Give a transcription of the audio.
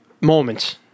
moments